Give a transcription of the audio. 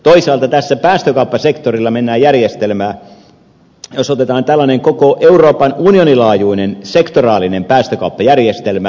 toisaalta tässä päästökauppasektorilla mennään järjestelmään jossa otetaan tällainen koko euroopan unionin laajuinen sektoraalinen päästökauppajärjestelmä